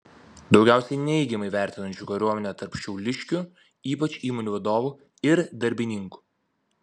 daugiausiai neigiamai vertinančių kariuomenę tarp šiauliškių ypač įmonių vadovų ir darbininkų